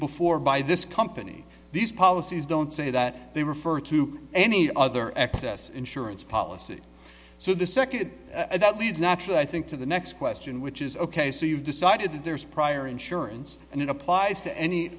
before by this company these policies don't say that they refer to any other excess insurance policy so the second that leads naturally i think to the next question which is ok so you've decided that there is prior insurance and it applies to